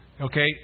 Okay